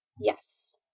Yes